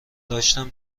داشتم